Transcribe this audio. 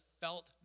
felt